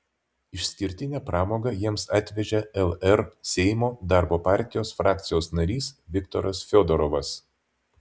išskirtinę pramogą jiems atvežė lr seimo darbo partijos frakcijos narys viktoras fiodorovas